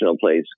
place